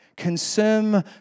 consume